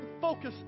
focus